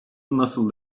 nasıl